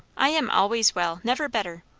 i am always well. never better.